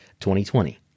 2020